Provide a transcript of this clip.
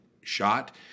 shot